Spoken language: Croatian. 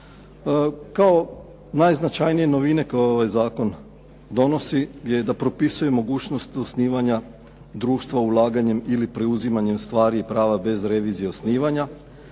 Kao najznačajnije novine koje ovaj zakon donos je da propisuje i mogućnost osnivanja društva ulaganjem ili preuzimanjem stvari i prava bez revizije osnivanja.